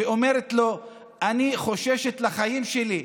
ואומרת לו: אני חוששת לחיים שלי,